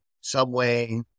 Subway